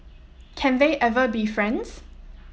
can they ever be friends